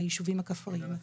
ביישובים הכפריים.